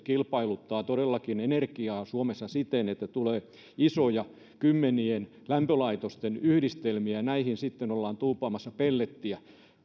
kilpailuttaa todellakin energiaa suomessa siten että tulee isoja kymmenien lämpölaitosten yhdistelmiä näihin sitten ollaan tuuppaamassa pellettiä